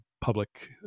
public